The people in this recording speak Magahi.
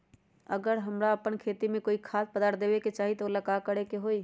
अगर हम अपना खेती में कोइ खाद्य पदार्थ देबे के चाही त वो ला का करे के होई?